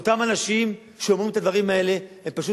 אותם אנשים שאומרים את הדברים האלה הם פשוט